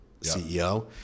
CEO